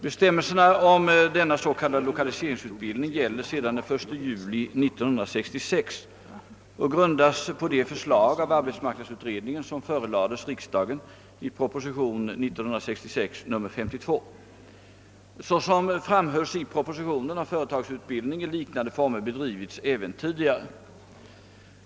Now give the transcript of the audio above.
Bestämmelserna om denna s.k. lokaliseringsutbildning gäller sedan den 1 juli 1966 och grundas på de förslag av arbetsmarknadsutredningen, som förelades riksdagen i propositionen 1966: 532. Såsom frambhölls i propositionen har företagsutbildning i liknande former bedrivits även tidigare.